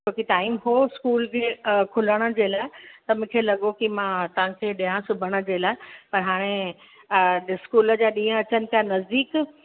छो कि टाइम उहो स्कूल खुलण जे लाइ त मूंखे लॻो कि मां तव्हांखे ॾियां सिबण जे लाइ पर हाणे स्कूल जा ॾींहं अचनि पिया नज़दीक